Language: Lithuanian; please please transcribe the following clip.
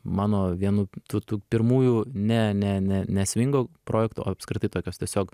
mano vienų tų tų pirmųjų ne ne ne ne svingo projektų o apskritai tokios tiesiog